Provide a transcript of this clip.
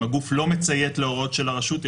אם הגוף לא מציית להוראות של הרשות היא